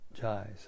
jai